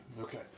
Okay